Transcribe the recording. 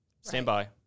Standby